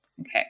Okay